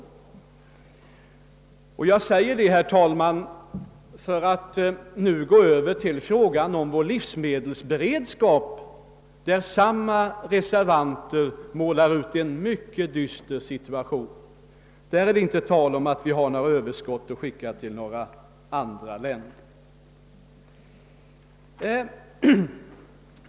Jag säger detta som en övergång till frågan om vår livsmedelsberedskap. Samma reservanter har där målat upp en mycket dyster situation, och där är det inte tal om att vi har något överskott på livsmedel att skicka till andra länder.